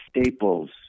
Staples